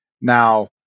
Now